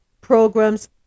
programs